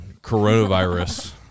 coronavirus